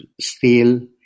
steel